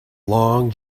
long